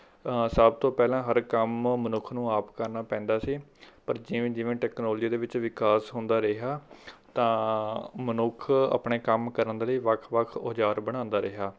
ਸਭ ਤੋਂ ਪਹਿਲਾਂ ਹਰ ਕੰਮ ਮਨੁੱਖ ਨੂੰ ਆਪ ਕਰਨਾ ਪੈਂਦਾ ਸੀ ਪਰ ਜਿਵੇਂ ਜਿਵੇਂ ਟੈਕਨੋਲੋਜੀ ਦੇ ਵਿੱਚ ਵਿਕਾਸ ਹੁੰਦਾ ਰਿਹਾ ਤਾਂ ਮਨੁੱਖ ਆਪਣੇ ਕੰਮ ਕਰਨ ਦੇ ਲਈ ਵੱਖ ਵੱਖ ਔਜਾਰ ਬਣਾਉਂਦਾ ਰਿਹਾ